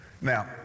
Now